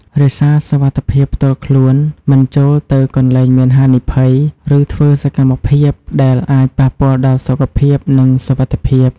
ទទួលយកបទពិសោធន៍ថ្មីៗ មានចិត្តបើកចំហ និងរំពឹងទុកដល់ការស្វែងយល់វប្បធម៌ និងធម្មជាតិថ្មីៗ។